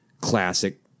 classic